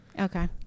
Okay